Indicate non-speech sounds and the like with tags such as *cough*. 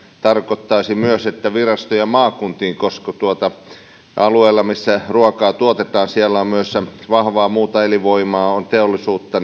tarkoittaisi myös että virastoja maakuntiin koska alueella missä ruokaa tuotetaan on myös vahvaa muuta elinvoimaa on teollisuutta *unintelligible*